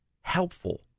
helpful